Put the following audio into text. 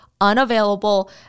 unavailable